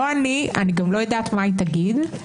אני לא יודעת מה היא תגיד,